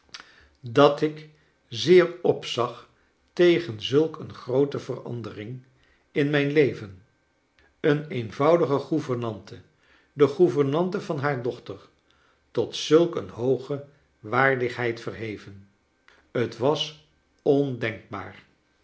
dat ik zeer opzag tegen zulk een groote verandering in mijn leven een eenvoudige gouvernante de gouvernante van haar dochter tot zulk een hooge waardigheid verheven t was ondenkbaarl